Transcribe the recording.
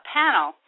panel